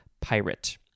pirate